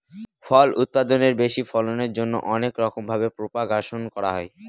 ফল উৎপাদনের বেশি ফলনের জন্যে অনেক রকম ভাবে প্রপাগাশন করা হয়